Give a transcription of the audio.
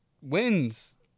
wins